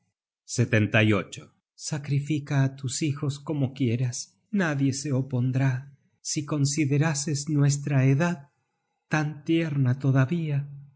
libraros dela vejez sacrifica á tus hijos como quieras nadie se opondrá si considerases nuestra edad tan tierna todavía